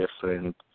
different